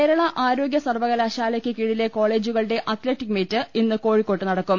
കേരള ആരോഗ്യ സർവകലാശാലയ്ക്ക് കീഴിലെ കോളേജു കളുടെ അത്ലറ്റിക് മീറ്റ് ഇന്ന് കോഴിക്കോട്ട് നടക്കും